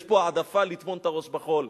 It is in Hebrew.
יש פה העדפה לטמון את הראש בחול.